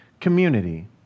community